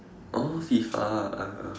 oh FIFA ah ah